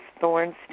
thorns